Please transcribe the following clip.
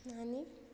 आनी